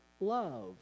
love